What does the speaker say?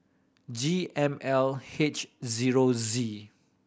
G M L H zero Z